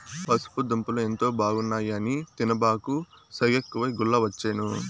పసుపు దుంపలు ఎంతో బాగున్నాయి అని తినబాకు, సెగెక్కువై గుల్లవచ్చేను